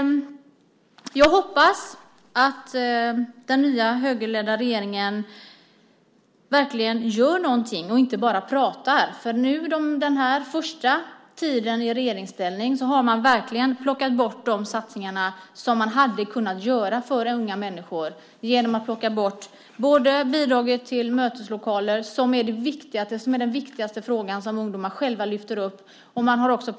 Jag hoppas att den nya högerledda regeringen verkligen gör något och inte bara pratar. Den första tiden i regeringsställning har man verkligen plockat bort de satsningar som hade kunnat göras för unga människor. Bidraget till möteslokaler har plockats bort. Det är den fråga som ungdomar själva lyfter upp som den viktigaste.